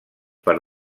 per